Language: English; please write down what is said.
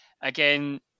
again